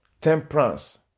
Temperance